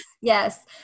yes